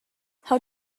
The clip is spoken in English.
how